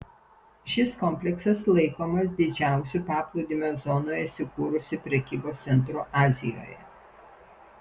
šis kompleksas laikomas didžiausiu paplūdimio zonoje įsikūrusiu prekybos centru azijoje